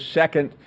second